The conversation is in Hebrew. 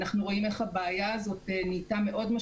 אנחנו רואים איך הבעיה נהייתה יותר